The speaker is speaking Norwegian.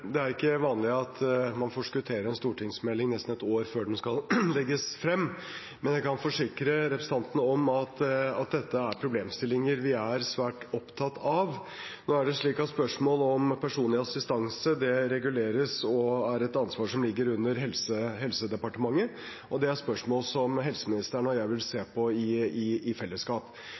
Det er ikke vanlig at man forskutterer en stortingsmelding nesten et år før den skal legges frem, men jeg kan forsikre representanten om at dette er problemstillinger vi er svært opptatt av. Spørsmålet om personlig assistanse reguleres og er et ansvar som ligger under Helse- og omsorgsdepartementet, og det er spørsmål som helseministeren og jeg vil se på i